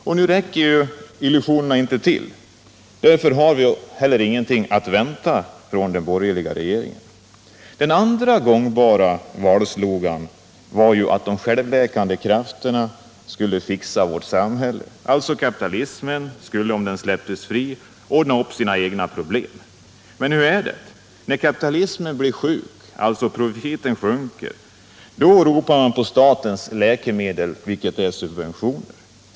Men nu räcker inte illusionerna till, och därför har vi inte heller någonting att vänta från den borgerliga regeringen. En annan gångbar valslogan var att de självläkande krafterna skulle fixa vårt samhälle. Kapitalismen skulle alltså om den släpptes fri ordna upp sina egna problem. Men hur är det? När kapitalismen blir sjuk — alltså när profiten minskar — ropar man på statens läkemedel: subventioner.